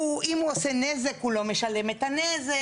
אם הוא עושה נזק, הוא לא משלם את הנזק.